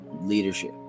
leadership